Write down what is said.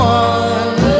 one